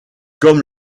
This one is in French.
comme